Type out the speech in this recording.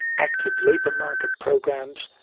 active labour market programmes,